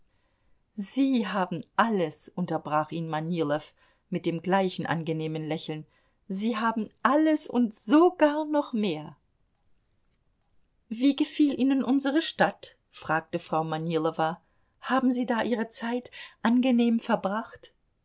sie haben alles unterbrach ihn manilow mit dem gleichen angenehmen lächeln sie haben alles und sogar noch mehr wie gefiel ihnen unsere stadt fragte frau manilowa haben sie da ihre zeit angenehm verbracht